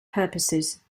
purposes